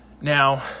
Now